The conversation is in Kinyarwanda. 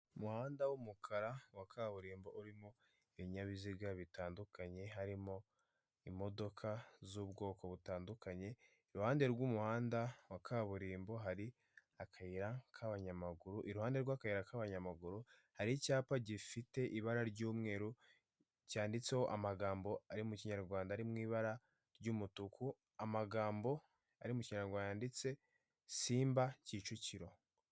Umuhanda w'umukara wa kaburimbo urimo ibinyabiziga bitandukanye, harimo imodoka z'ubwoko butandukanye, iruhande rw'umuhanda wa kaburimbo hari akayira k'abanyamaguru, iruhande rw'akayira k'abanyamaguru hari icyapa gifite ibara ry'umweru cyanditseho amagambo ari mu kinyarwanda ari mu ibara ry'umutuku, amagambo ari mu kinyarwanda yanditse, Simba Kicukiro.